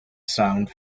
sound